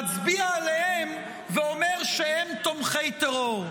מצביע עליהם ואומר שהם תומכי טרור.